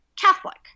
catholic